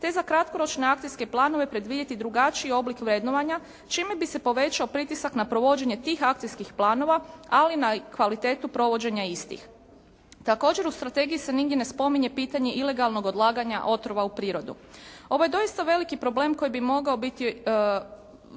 te za kratkoročne akcijske planove predvidjeti drugačiji oblik vrednovanja čime bi se povećao pritisak na provođenje tih akcijskih planova ali na kvalitetu provođenja istih. Također u strategiji se nigdje ne spominje pitanje ilegalnog odlaganja otrova u prirodu. Ovo je doista veliki problem koji bi morao biti